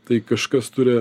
tai kažkas turi